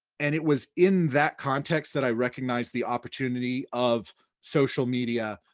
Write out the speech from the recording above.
and it was in that context that i recognized the opportunity of social media,